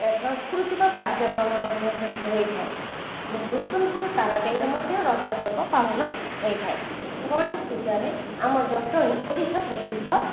ସାଂସ୍କୃତିକ କାର୍ଯ୍ୟକ୍ରମ ମଧ୍ୟ ସେଠି ହୋଇଥାଏ ଭୂଷଣ୍ଡପୁର ତାରାଦେଈରେ ମଧ୍ୟ ରଜ ପର୍ବ ପାଳନ ହୋଇଥାଏ ଗଣେଶ ପୂଜାରେ ଆମ ଜଟଣୀ ଓଡ଼ିଶା ପ୍ରସିଦ୍ଧ